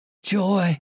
joy